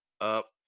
up